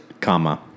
Comma